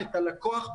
הלקוח,